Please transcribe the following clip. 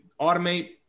automate